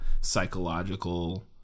psychological